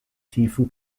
tiefen